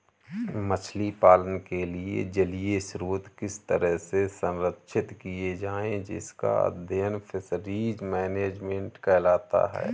मछली पालन के लिए जलीय स्रोत किस तरह से संरक्षित किए जाएं इसका अध्ययन फिशरीज मैनेजमेंट कहलाता है